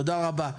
תודה רבה.